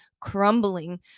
crumbling